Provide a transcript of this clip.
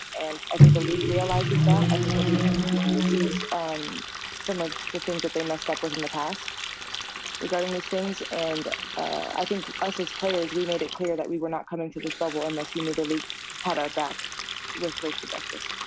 and i think the league realizes that. i think the league sees um some of the things that they messed up with in the past regarding these things. and i think us as players, we made it clear that we were not coming to this bubble unless we knew the league had our back with racial justice.